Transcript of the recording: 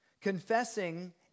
confessing